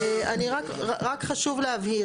רק חשוב להבהיר,